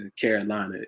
Carolina